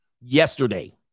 Yesterday